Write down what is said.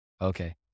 Okay